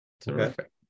Terrific